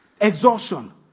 exhaustion